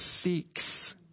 seeks